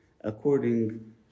according